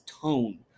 tone